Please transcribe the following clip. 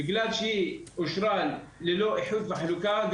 בגלל שהיא אושרה ללא איחוד וחלוקה,